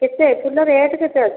କେତେ ଫୁଲ ରେଟ କେତେ ଅଛି